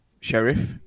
Sheriff